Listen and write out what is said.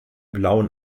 blauen